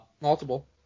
Multiple